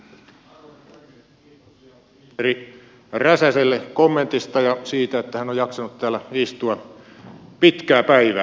kiitoksia ministeri räsäselle kommentista ja siitä että hän on jaksanut täällä istua pitkää päivää